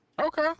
Okay